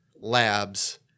labs